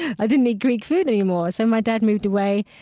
i didn't eat greek food anymore. so my dad moved away,